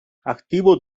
aktibo